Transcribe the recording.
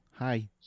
Hi